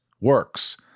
works